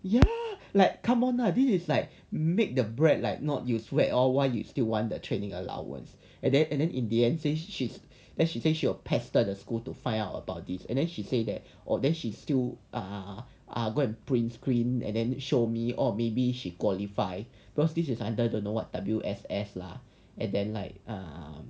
ya like come on lah this is like make the bread like not useful at all or why you still want the training allowance and then and then in the end says she's then she say she will pester the school to find out about this and then she say that orh then she's still err err go and print screen and then show me or maybe she qualify because this is under the know what W_S_S lah and then like err